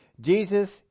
Jesus